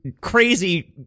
crazy